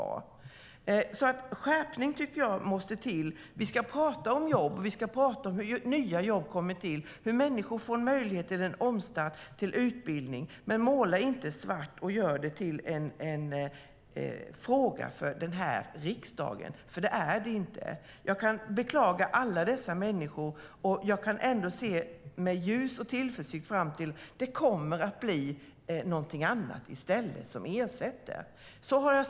Det måste till en skärpning, tycker jag. Vi ska prata om jobb, om hur nya jobb kommer till, hur människor får en möjlighet till en omstart och till en utbildning. Men måla inte i svart, och gör det inte till en fråga för den här riksdagen, för det är den inte. Jag beklagar alla dessa människor, men jag ser ändå med ljus tillförsikt fram emot att det kommer att bli någonting annat i stället som ersätter dessa jobb.